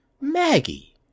Maggie